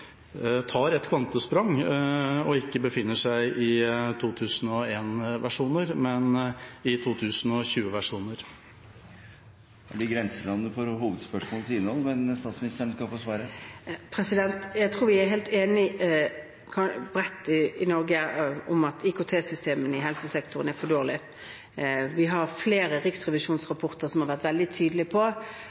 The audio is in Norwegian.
tar et kvantesprang og ikke befinner seg i 2001-versjoner, men i 2020-versjoner? Det er i grenseland for hovedspørsmålets innhold, men statsministeren skal få svare. Jeg tror det i Norge er bred enighet om at IKT-systemene i helsesektoren er for dårlige. Vi har flere riksrevisjonsrapporter som har vært veldig tydelige på